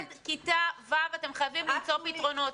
עד כיתה ו' אתם חייבים למצוא פתרונות.